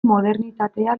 modernitatea